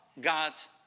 God's